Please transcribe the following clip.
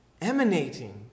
emanating